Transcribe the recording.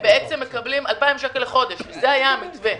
הם בעצם מקבלים 2,000 שקלים לחודש וזה היה המתווה.